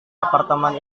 apartemen